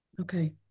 Okay